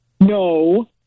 no